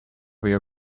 rio